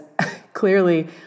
clearly